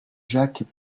jacques